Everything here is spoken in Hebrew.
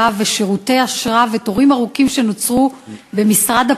ומבקשי שירותי אשרה ותורים ארוכים במשרד הפנים,